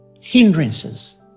hindrances